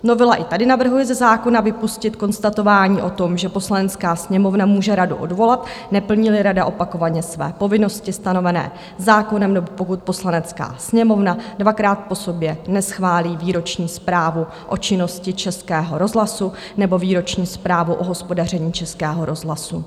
Novela i tady navrhuje ze zákona vypustit konstatování o tom, že Poslanecká sněmovna může radu odvolat, neplníli rada opakovaně své povinnosti stanovené zákonem nebo pokud Poslanecká sněmovna dvakrát po sobě neschválí výroční zprávu o činnosti Českého rozhlasu nebo výroční zprávu o hospodaření Českého rozhlasu.